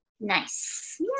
Nice